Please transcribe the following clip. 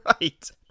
Right